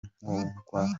nkongwa